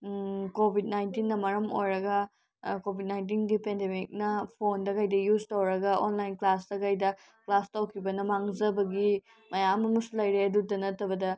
Covid ꯅꯥꯏꯟꯇꯤꯟꯅ ꯃꯔꯝ ꯑꯣꯏꯔꯒ ꯀꯣꯕꯤꯠ ꯅꯥꯏꯟꯇꯤꯟꯒꯤ ꯄꯦꯟꯗꯦꯃꯤꯛꯅ ꯐꯣꯟꯗ ꯀꯩꯗ ꯌꯨꯖ ꯇꯧꯔꯒ ꯑꯣꯟꯂꯥꯏꯟ ꯀ꯭ꯂꯥꯁꯇ ꯀꯩꯗ ꯀ꯭ꯂꯥꯁ ꯇꯧꯈꯤꯕꯅ ꯃꯥꯡꯖꯕꯒꯤ ꯃꯌꯥꯝ ꯑꯃꯁꯨ ꯂꯩꯔꯦ ꯑꯗꯨꯗ ꯅꯠꯇꯕꯗ